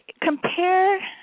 compare